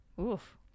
Oof